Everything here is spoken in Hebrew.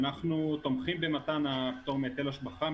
אנחנו תומכים במתן הפטור מהיטל השבחה.